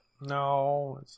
No